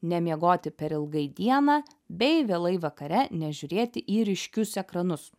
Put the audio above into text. nemiegoti per ilgai dieną bei vėlai vakare nežiūrėti į ryškius ekranus